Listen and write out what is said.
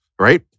right